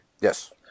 Yes